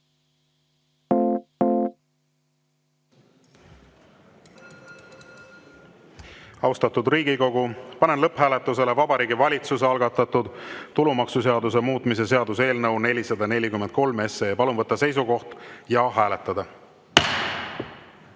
juurde. Austatud Riigikogu, panen lõpphääletusele Vabariigi Valitsuse algatatud tulumaksuseaduse muutmise seaduse eelnõu 443. Palun võtta seisukoht ja hääletada!